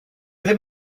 ddim